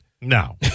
No